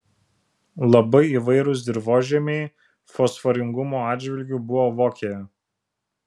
labai įvairūs dirvožemiai fosforingumo atžvilgiu buvo vokėje